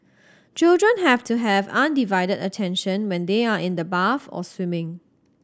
children have to have undivided attention when they are in the bath or swimming